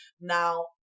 Now